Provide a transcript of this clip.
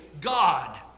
God